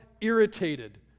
irritated